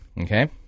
Okay